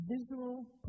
visual